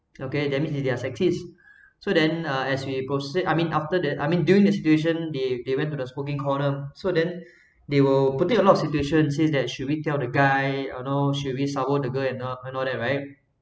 okay that means they are sexists so then uh as we proceed I mean after that I mean during the situation they they went to a smoking corner so then they will putting a lot of situation says that should we tell the guy or no should we sabo the girl and and all that right